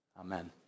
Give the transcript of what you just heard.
amen